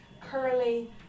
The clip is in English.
curly